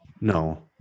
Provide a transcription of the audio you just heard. No